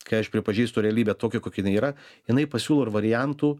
kai aš pripažįstu realybę tokią kokia jinai yra jinai pasiūlo ir variantų